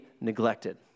neglected